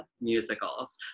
musicals